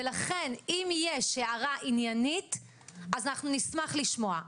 לכן אם יש הערה עניינית, נשמח לשמוע.